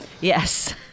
Yes